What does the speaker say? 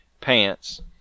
pants